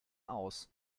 aus